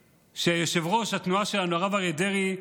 שיושב-ראש התנועה שלנו, הרב אריה דרעי,